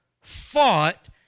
fought